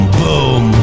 boom